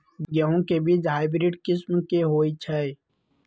गेंहू के बीज हाइब्रिड किस्म के होई छई?